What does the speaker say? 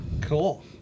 cool